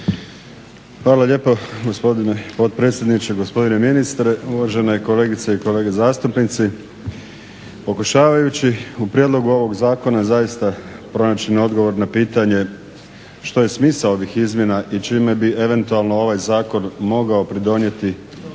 Hvala lijepo gospodine potpredsjedniče. Gospodine ministre, uvažene kolegice i kolege zastupnici. Pokušavajući u prijedlogu ovoga zakona zaista pronaći odgovor na pitanje što je smisao ovih izmjena i čime bi eventualno ovaj zakon mogao pridonijeti